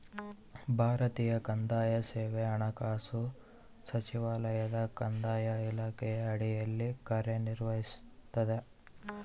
ಭಾರತೀಯ ಕಂದಾಯ ಸೇವೆ ಹಣಕಾಸು ಸಚಿವಾಲಯದ ಕಂದಾಯ ಇಲಾಖೆಯ ಅಡಿಯಲ್ಲಿ ಕಾರ್ಯನಿರ್ವಹಿಸ್ತದ